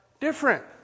different